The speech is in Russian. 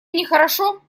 нехорошо